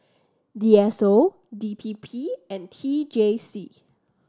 D S O D P P and T J C